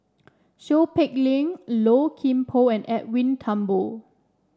Seow Peck Leng Low Kim Pong and Edwin Thumboo